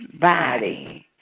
body